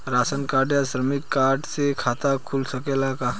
Ration card या श्रमिक card से खाता खुल सकेला का?